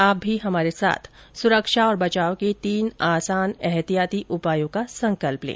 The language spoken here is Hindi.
आप भी हमारे साथ सुरक्षा और बचाव के तीन आसान एहतियाती उपायों का संकल्प लें